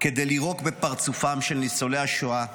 כדי לירוק בפרצופם של ניצולי השואה,